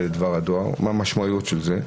את דבר הדואר מה המשמעויות של זה,